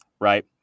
right